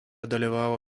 dalyvavo